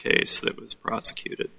case that was prosecuted